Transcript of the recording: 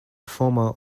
former